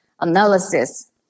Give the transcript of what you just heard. analysis